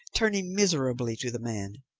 turning miserably to the man.